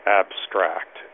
abstract